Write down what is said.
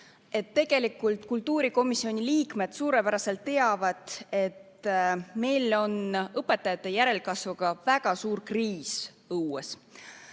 Tegelikult kultuurikomisjoni liikmed suurepäraselt teavad, et meil on õpetajate järelkasvuga väga suur kriis õues.